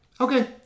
Okay